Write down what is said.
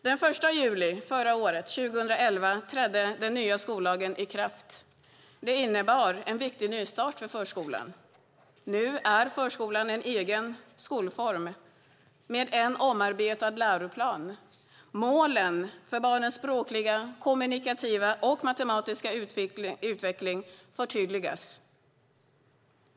Den 1 juli 2011 trädde den nya skollagen i kraft. Det innebar en viktig nystart för förskolan. Nu är förskolan en egen skolform med en omarbetad läroplan. Målen för barnens språkliga, kommunikativa och matematiska utveckling förtydligas.